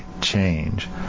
change